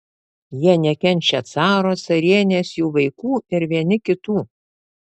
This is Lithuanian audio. jie nekenčia caro carienės jų vaikų ir vieni kitų